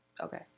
Okay